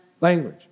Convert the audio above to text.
language